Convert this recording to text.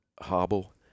hobble